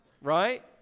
right